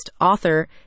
author